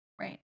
right